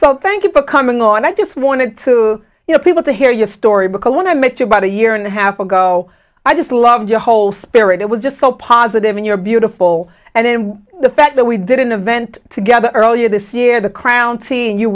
so thank you for coming on i just wanted to you know people to hear your story because when i met you about a year and a half ago i just loved your whole spirit it was just so positive and you're beautiful and the fact that we didn't event together earlier this year the crown seeing you